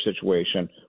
situation